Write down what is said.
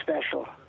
special